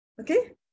Okay